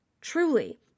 truly